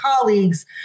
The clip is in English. colleagues